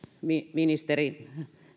ministeri